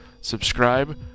Subscribe